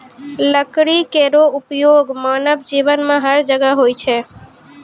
लकड़ी केरो उपयोग मानव जीवन में हर जगह होय छै